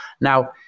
Now